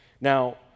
Now